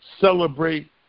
celebrate